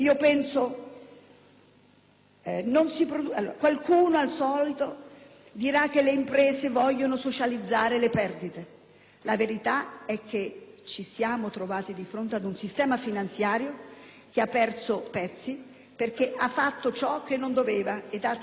qualcuno dirà che le imprese vogliono socializzare le perdite. La verità è che ci siamo trovati di fronte ad un sistema finanziario che ha perso pezzi perché ha fatto ciò che non doveva e ha trascinato con sé